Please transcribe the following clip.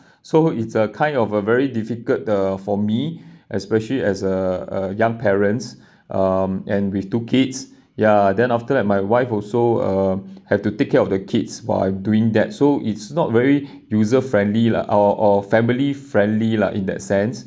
so it's a kind of a very difficult the for me especially as a a young parents um and with two kids ya then after that my wife also uh have to take care of the kids while I'm doing that so it's not very user-friendly lah or or family-friendly lah in that sense